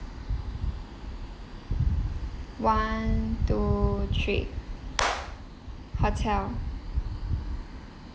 one two three hotel